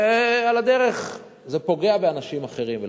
ועל הדרך זה פוגע באנשים אחרים,